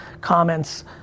comments